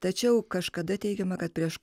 tačiau kažkada teigiama kad prieš